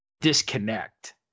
disconnect